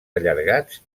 allargats